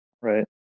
Right